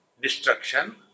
destruction